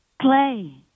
play